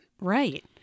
Right